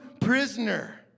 prisoner